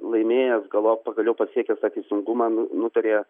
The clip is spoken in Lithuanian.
laimėjęs galop pagaliau pasiekęs tą teisingumą nu nutarė